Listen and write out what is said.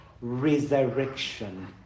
Resurrection